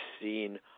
seen